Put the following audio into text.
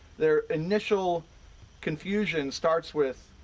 their initial confusion starts with,